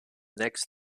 next